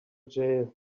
jail